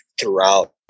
throughout